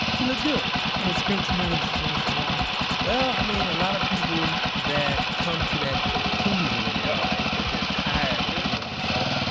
he looked good and it's great to know that he's doing so well well, i mean, a lot of people that come to that conclusion in their life that they're tired of doing this shit,